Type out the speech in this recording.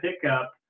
pickup